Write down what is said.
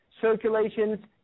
circulations